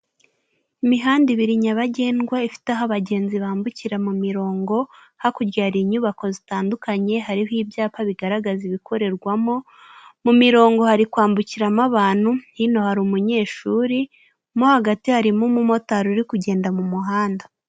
Imihanda ibiri nyabagendwa ifite aho abagenzi bambukira mu mirongo hakurya hari inyubako zitandukanye hariho ibyapa bigaragaza ibikorerwamo mu mirongo hari kwambukiramo abantu hino hari umunyeshuri mohagati harimo umumotari uri kugenda mu muhanda.